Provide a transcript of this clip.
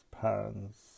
parents